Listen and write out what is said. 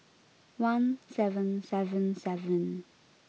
one seven seven seven